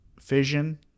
fission